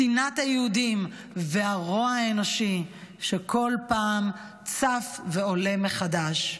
שנאת היהודים והרוע האנושי שכל פעם צף ועולה מחדש.